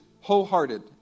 wholehearted